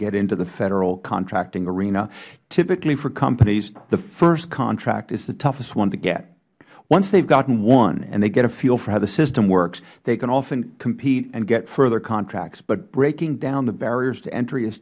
get into the federal contracting arena typically for companies the first contract is the toughest one to get once they have gotten one and they get a feel for how the system works they can often compete and get further contracts but breaking down the barriers to entry is